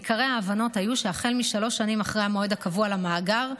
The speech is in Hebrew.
עיקרי ההבנות היו שהחל משלוש שנים אחרי המועד הקבוע למאגר,